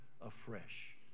afresh